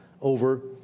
over